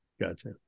Gotcha